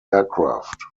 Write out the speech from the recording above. aircraft